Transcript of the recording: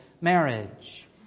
marriage